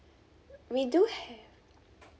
we do have